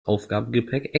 aufgabegepäck